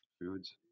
foods